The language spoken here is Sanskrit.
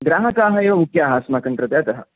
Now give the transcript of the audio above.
ग्राहकाः एव मुख्याः अस्माकं कृते अतः